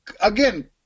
Again